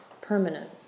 permanent